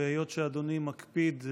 והיות שאדוני מקפיד,